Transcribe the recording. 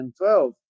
2012